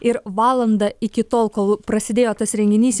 ir valandą iki tol kol prasidėjo tas renginys